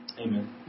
Amen